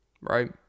Right